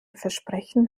versprechen